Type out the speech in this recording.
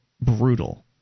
brutal